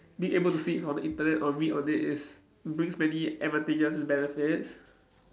being able to see it from the Internet or read on it is brings many advantages and benefits